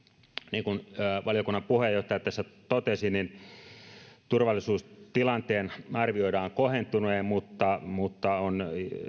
niin kuin valiokunnan puheenjohtaja tässä totesi turvallisuustilanteen arvioidaan kohentuneen mutta mutta on